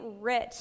rich